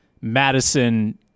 Madison